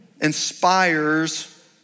inspires